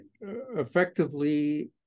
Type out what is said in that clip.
effectively